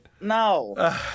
No